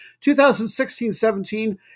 2016-17